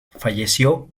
falleció